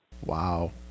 Wow